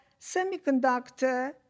semiconductor